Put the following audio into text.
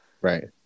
Right